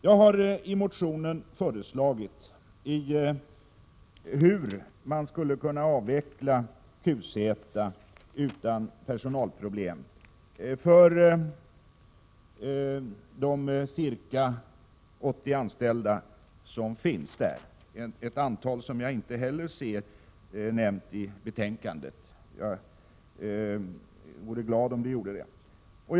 Jag har i motionen föreslagit hur man skulle kunna avveckla QZ utan personalproblem för de ca 80 anställda som finns där — ett antal som jag inte heller ser nämnt i betänkandet; jag vore glad om det hade gjorts.